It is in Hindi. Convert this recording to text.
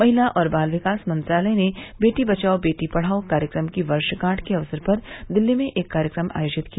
महिला और बाल विकास मंत्रालय ने बेटी बचाओ बेटी पढ़ाओ कार्यक्रम की वर्षगांठ के अवसर पर दिल्ली में एक कार्यक्रम आयोजित किया